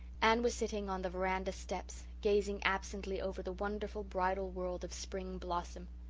anne was sitting on the veranda steps, gazing absently over the wonderful bridal world of spring blossom,